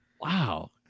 Wow